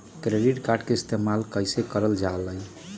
Credit card के इस्तेमाल कईसे करल जा लई?